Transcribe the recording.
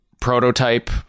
prototype